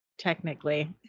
Technically